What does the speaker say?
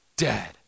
dead